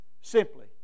simply